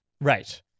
Right